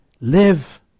live